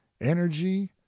energy